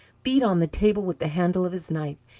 beat on the table with the handle of his knife,